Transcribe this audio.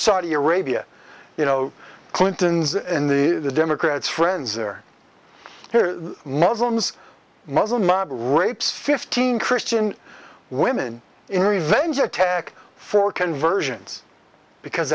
saudi arabia you know clinton's and the democrats friends are here muslims muslim rapes fifteen christian women in revenge attack for conversions because